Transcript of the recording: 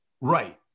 Right